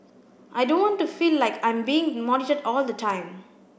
I don't want to feel like I'm being monitored all the time